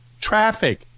Traffic